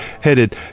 headed